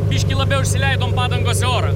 biškį labiau išsileidom padangose orą